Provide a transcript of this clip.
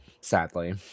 Sadly